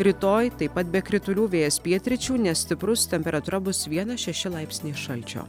rytoj taip pat be kritulių vėjas pietryčių nestiprus temperatūra bus vienas šeši laipsniai šalčio